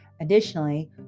Additionally